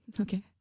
Okay